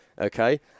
Okay